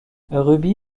ruby